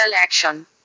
action